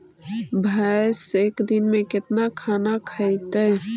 भैंस एक दिन में केतना खाना खैतई?